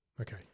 Okay